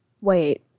Wait